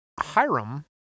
Hiram